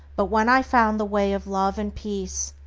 but when i found the way of love and peace,